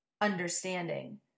understanding